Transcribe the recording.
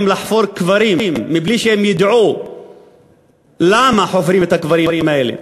לחפור קברים מבלי שהם ידעו למה חופרים את הקברים האלה.